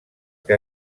que